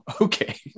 Okay